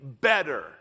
better